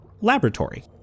laboratory